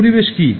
পরিবেশ কী